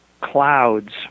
clouds